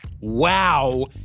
wow